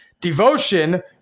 Devotion